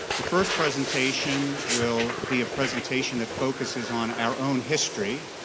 the first presentation will be a presentation that focuses on our own history.